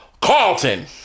Carlton